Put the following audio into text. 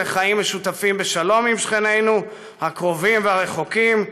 לחיים משותפים בשלום עם שכנינו הקרובים והרחוקים,